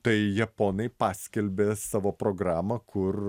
tai japonai paskelbė savo programą kur